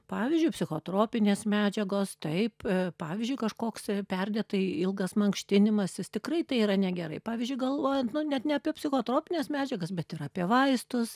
pavyzdžiui psichotropinės medžiagos taip pavyzdžiui kažkoks perdėtai ilgas mankštinimasis tikrai tai yra negerai pavyzdžiui galvojant nu net ne apie psichotropines medžiagas bet ir apie vaistus